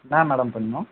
என்ன மேடம் பண்ணணும்